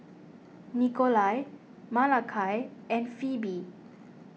Nikolai Malakai and Pheobe